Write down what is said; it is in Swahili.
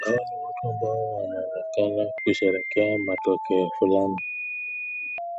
Hawa ni watu ambao wanaonekana kusherekea matokeo fulani.